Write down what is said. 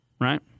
right